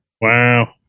Wow